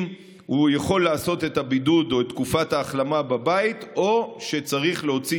אם הוא יכול לעשות את הבידוד או את תקופת ההחלמה בבית או שצריך להוציא